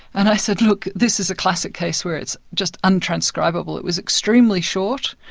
and i said, look, this is a classic case where it's just untranscribable. it was extremely short,